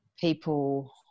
people